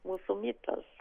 mūsų mitas